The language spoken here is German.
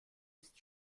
ist